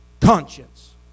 conscience